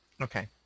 Okay